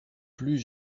plus